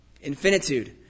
Infinitude